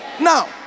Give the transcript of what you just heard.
Now